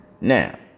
Now